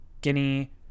guinea